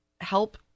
help